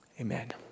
Amen